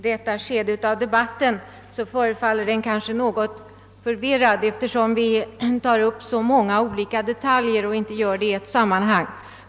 Herr talman! Debatten förefaller kanske något förvirrad i detta skede, eftersom vi tar upp så många detaljer och inte gör det i ett sammanhang.